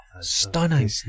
Stunning